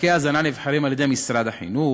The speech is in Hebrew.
ספקי ההזנה נבחרים על-ידי משרד החינוך,